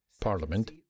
Parliament